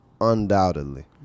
undoubtedly